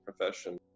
profession